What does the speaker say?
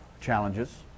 challenges